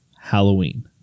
Halloween